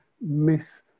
miss